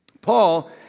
Paul